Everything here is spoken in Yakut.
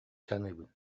саныыбын